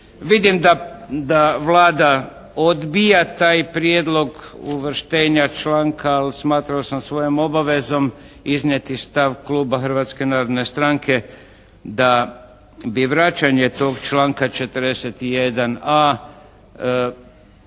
Vidim da Vlada odbija taj prijedlog uvrštenja članka, ali smatramo sam svojom obavezom iznijeti stav kluba Hrvatske narodne stranke, da bi vraćanje tog članka 41.a.